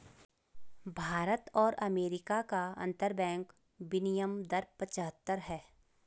भारत और अमेरिका का अंतरबैंक विनियम दर पचहत्तर है